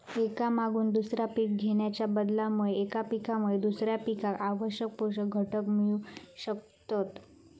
एका मागून दुसरा पीक घेणाच्या बदलामुळे एका पिकामुळे दुसऱ्या पिकाक आवश्यक पोषक घटक मिळू शकतत